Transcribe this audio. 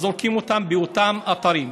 אז זורקים אותה באותם אתרים.